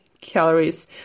calories